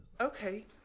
Okay